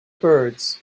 birds